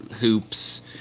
hoops